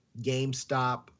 GameStop